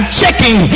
checking